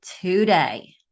today